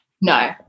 No